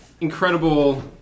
incredible